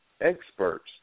experts